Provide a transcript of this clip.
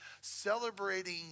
celebrating